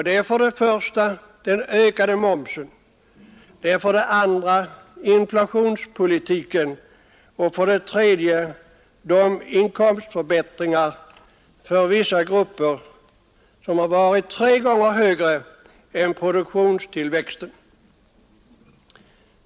Det är för det första den ökade momsen, för det andra inflationspolitiken och för det tredje de inkomstförbättringar för vissa grupper som varit tre gånger högre än produktionstillväxten.